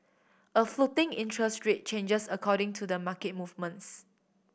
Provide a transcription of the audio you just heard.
a floating interest rate changes according to the market movements